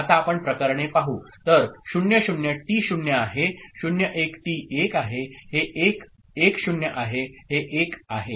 आता आपण प्रकरणे पाहू तर 0 0 टी 0 आहे 0 1 टी 1 आहे हे 1 1 0 आहे हे 1 आहे